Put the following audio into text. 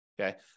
okay